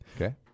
Okay